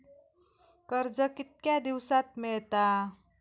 कर्ज कितक्या दिवसात मेळता?